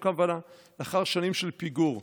לאחר שנים של פיגור.